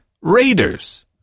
Raiders